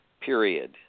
period